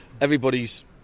everybody's